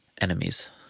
enemies